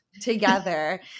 together